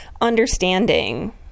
understanding